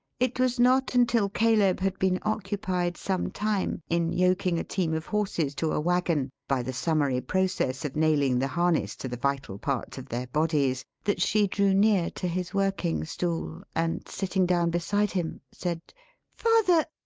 it was not until caleb had been occupied, some time, in yoking a team of horses to a waggon by the summary process of nailing the harness to the vital parts of their bodies, that she drew near to his working-stool, and sitting down beside him, said father,